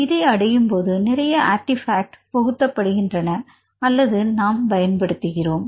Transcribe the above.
இதை அடையும்போது நிறைய அர்டிபாக்ட் புகுத்தப் படுகின்றன அல்லது நாம் பயன்படுத்துகிறோம்